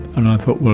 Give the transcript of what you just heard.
and i thought,